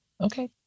Okay